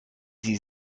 sie